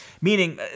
meaning